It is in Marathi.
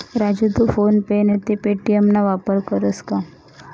राजू तू फोन पे नैते पे.टी.एम ना वापर करस का?